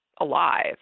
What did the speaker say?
alive